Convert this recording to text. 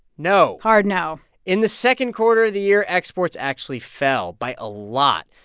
no hard no in the second quarter of the year, exports actually fell by a lot.